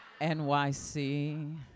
NYC